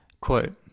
Quote